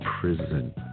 prison